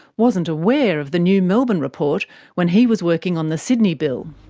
wasn't aware of the new melbourne report when he was working on the sydney bill.